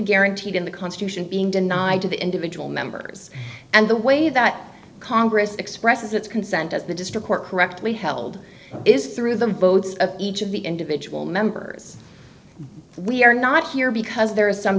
guaranteed in the constitution being denied to the individual members and the way that congress expresses its consent as the district court correctly held is through the votes of each of the individual members we are not here because there is some